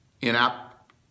in-app